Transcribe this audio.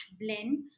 blend